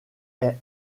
est